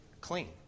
clean